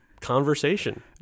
conversation